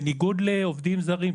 בניגוד לעובדים זרים,